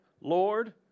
Lord